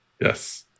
Yes